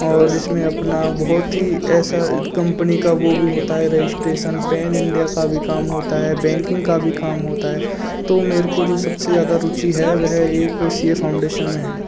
और जिसमें अपना बहुत ही ऐसा कम्पनी का वह भी होता है रजिश्ट्रेसन पैन इंडिया का भी काम होता है बैंकिंग का भी काम होता है तो मेरे को जो सबसे ज़्यादा रुचि है वह एक सी ए फ़ाउंडेशन में है